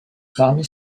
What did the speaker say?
parmi